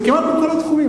כמעט בכל התחומים.